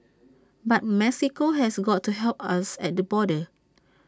but Mexico has got to help us at the border